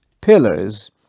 pillars